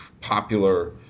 popular